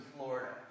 Florida